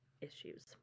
issues